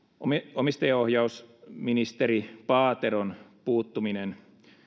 omistajaohjausministeri paateron puuttuminen